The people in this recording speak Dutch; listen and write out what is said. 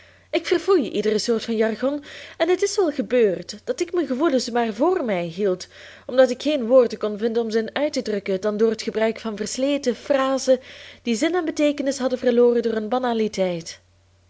ik verfoei iedere soort van jargon en het is wel gebeurd dat ik mijn gevoelens maar vr mij hield omdat ik geen woorden kon vinden om ze in uit te drukken dan door t gebruik van versleten phrasen die zin en beteekenis hadden verloren door hun banaliteit